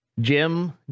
jim